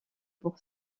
pour